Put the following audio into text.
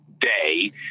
Day